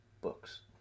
books